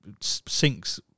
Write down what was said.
sinks